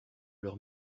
leur